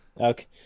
Okay